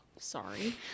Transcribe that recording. Sorry